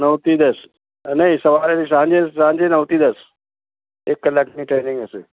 નવથી દસ નહીં સવારે નહીં સાંજે નવથી દસ એક કલાકની ટ્રેનિંગ હશે